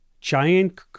giant